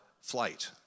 flight